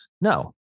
No